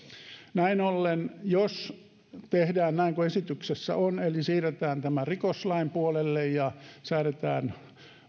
näin ollen jos tehdään näin kuin esityksessä on eli siirretään tämä rikoslain puolelle ja säädetään